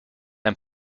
ein